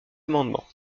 amendement